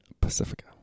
Pacifica